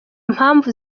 mpamvu